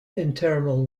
internal